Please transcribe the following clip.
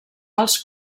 alts